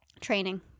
training